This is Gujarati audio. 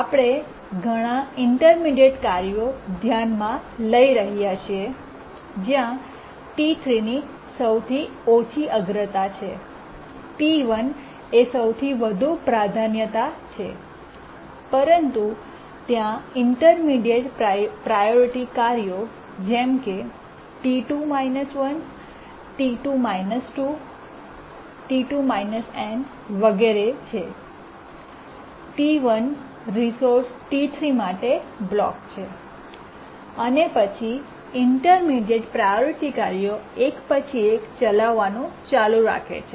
આપણે ઘણા ઇન્ટર્મીડિએટ્ કાર્યો ધ્યાનમાં લઇ રહ્યા છીએ જ્યાં T3 ની સૌથી ઓછી અગ્રતા છે T1 એ સૌથી વધુ પ્રાધાન્યતા છે પરંતુ ત્યાં ઇન્ટર્મીડિએટ્ પ્રાયોરિટી કાર્યો જેમ કે T2 1 T2 2 T2 n વગેરે છે T1 રિસોર્સ T3 માટે બ્લોક છે અને પછી ઇન્ટર્મીડિએટ્ પ્રાયોરિટી કાર્યો એક પછી એક ચલાવવાનું ચાલુ રાખે છે